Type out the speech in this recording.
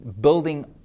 building